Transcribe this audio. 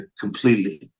completely